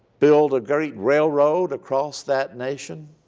build a great railroad across that nation